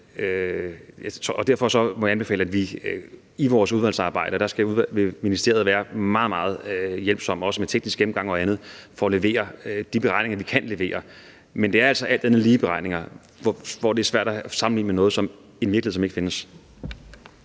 vil de i forbindelse med vores udvalgsarbejde være meget, meget hjælpsomme, også med en teknisk gennemgang og andet, for at levere de beregninger, de kan levere. Men det er altså alt andet lige-beregninger, hvor det er svært at sammenligne med noget i en virkelighed,